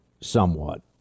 somewhat